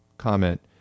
comment